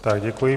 Tak děkuji.